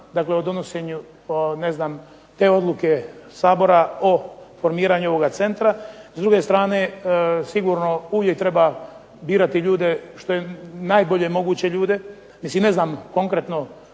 o donošenju te odluke Sabora o formiranju ovoga centra. S druge strane, sigurno uvijek treba birati ljude što je najbolje moguće ljude. Ne znam konkretno